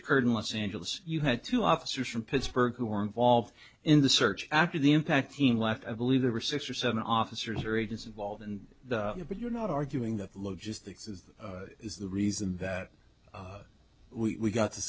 occurred in los angeles you had two officers from pittsburgh who were involved in the search after the impact team left i believe there were six or seven officers or agents involved in it but you're not arguing that logistics is is the reason that we got to